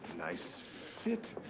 nice fit.